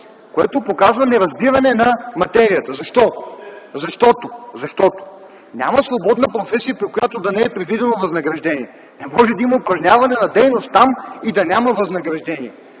което показва неразбиране на материята. Защо? Защото няма свободна професия, при която да не е предвидено възнаграждение. Не може да има упражняване на дейност там и да няма възнаграждение.